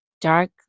dark